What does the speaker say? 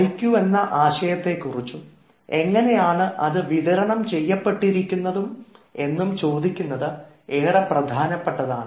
IQ എന്ന ആശയത്തെ കുറിച്ചും എങ്ങനെയാണ് അത് വിതരണം ചെയ്യപ്പെട്ടിരിക്കുന്നതെന്നും ചോദിക്കുന്നത് ഏറെ പ്രധാനപ്പെട്ടതാണ്